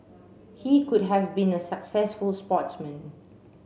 he could have been a successful sportsman